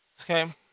Okay